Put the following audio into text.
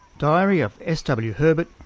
diary of s w herbert,